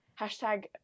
Hashtag